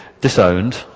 disowned